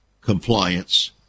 compliance